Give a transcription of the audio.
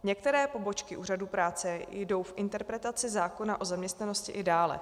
Některé pobočky úřadů práce jdou v interpretaci zákona o zaměstnanosti i dále.